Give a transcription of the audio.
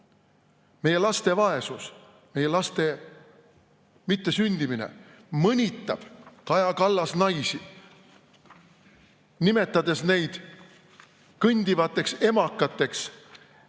meie laste vaesus, meie laste mittesündimine, mõnitab Kaja Kallas naisi, nimetades neid kõndivateks emakateks,